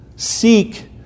seek